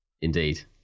Indeed